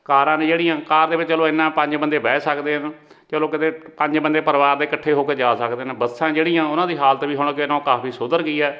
ਕਾਰਾਂ ਨੇ ਜਿਹੜੀਆਂ ਕਾਰ ਦੇ ਵਿੱਚ ਚਲੋ ਐਨਾ ਪੰਜ ਬੰਦੇ ਬਹਿ ਸਕਦੇ ਆ ਚਲੋ ਕਿਤੇ ਪੰਜ ਬੰਦੇ ਪਰਿਵਾਰ ਦੇ ਇਕੱਠੇ ਹੋ ਕੇ ਜਾ ਸਕਦੇ ਨੇ ਬੱਸਾਂ ਜਿਹੜੀਆਂ ਉਹਨਾਂ ਦੀ ਹਾਲਤ ਵੀ ਹੁਣ ਅੱਗੇ ਨਾਲੋਂ ਕਾਫੀ ਸੁਧਰ ਗਈ ਹੈ